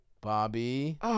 Bobby